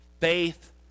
Faith